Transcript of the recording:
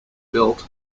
built